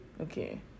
Okay